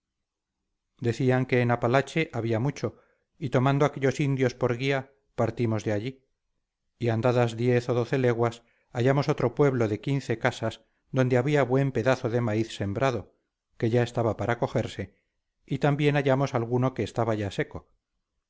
decían que en apalache había mucho y tomando aquellos indios por guía partimos de allí y andadas diez o doce leguas hallamos otro pueblo de quince casas donde había buen pedazo de maíz sembrado que ya estaba para cogerse y también hallamos alguno que estaba ya seco